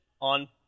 on